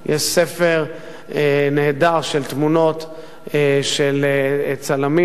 יש ספר נהדר של תמונות של צלמים,